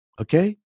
okay